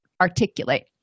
articulate